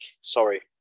sorry